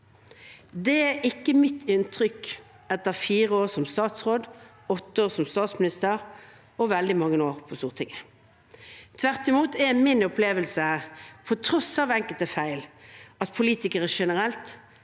Det er ikke mitt inntrykk etter fire år som statsråd, åtte år som statsminister og veldig mange år på Stortinget. Tvert imot er min opplevelse – på tross av enkelte feil – at politikere generelt